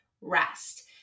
rest